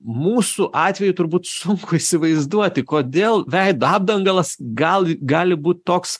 mūsų atveju turbūt sunku įsivaizduoti kodėl veido apdangalas gal gali būt toks